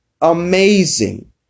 amazing